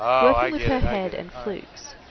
working with her head and flukes.